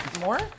more